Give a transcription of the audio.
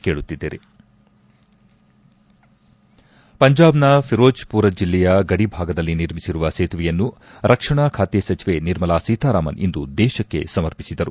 brake ಪಂಜಾಬ್ನ ಫಿರೋಜ್ಪುರ ಜಿಲ್ಲೆಯ ಗಡಿ ಭಾಗದಲ್ಲಿ ನಿರ್ಮಿಸಿರುವ ಸೇತುವೆಯನ್ನು ರಕ್ಷಣಾ ಖಾತೆ ಸಚಿವೆ ನಿರ್ಮಲಾ ಸೀತಾರಾಮನ್ ಇಂದು ದೇಶಕ್ತೆ ಸಮರ್ಪಿಸಿದರು